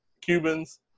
Cubans